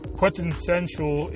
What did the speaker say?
quintessential